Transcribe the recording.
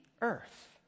earth